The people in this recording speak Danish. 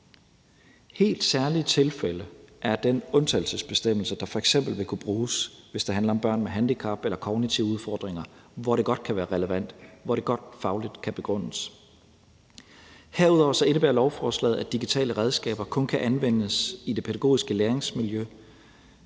helt særlige tilfælde vil kunne bruges, hvis der handler om børn med handicap eller kognitive udfordringer, hvor det godt kan være relevant, og hvor det godt fagligt kan begrundes. Herudover indebærer lovforslaget, at de digitale redskaber kun kan anvendes i det pædagogiske læringsmiljø